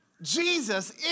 Jesus